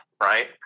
right